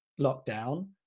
lockdown